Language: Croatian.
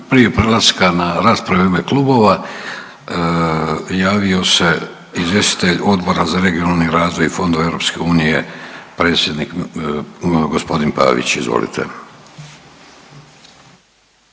Prije prelaska na rasprave u ime klubova javio se izvjestitelj Odbora za regionalni razvoj i fondove EU predsjednik, gospodin Pavić. Izvolite.